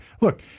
look